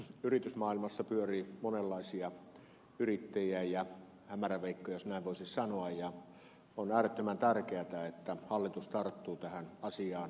yritysmaailmassa pyörii monenlaisia yrittäjiä ja hämäräveikkoja jos näin voisi sanoa ja on äärettömän tärkeätä että hallitus tarttuu tähän asiaan tomerasti